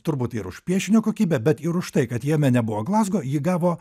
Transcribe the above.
turbūt ir už piešinio kokybę bet ir už tai kad jame nebuvo glazgo ji gavo